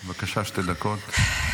בבקשה, שתי דקות.